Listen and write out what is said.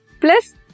plus